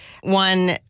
One